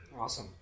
Awesome